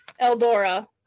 eldora